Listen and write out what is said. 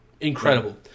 incredible